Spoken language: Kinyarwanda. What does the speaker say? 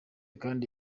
kandi